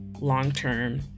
long-term